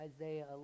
Isaiah